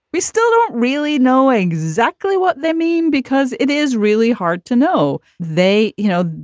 we still don't really know exactly what they mean because it is really hard to know. they you know,